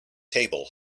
table